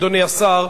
אדוני השר,